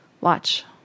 watch